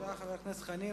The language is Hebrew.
תודה לחבר הכנסת חנין.